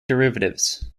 derivatives